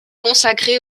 consacré